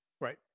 Right